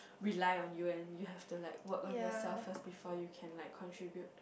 rely on you and you have to like work on yourself first before you can like contribute